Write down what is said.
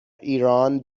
ایران